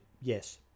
yes